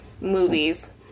movies